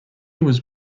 was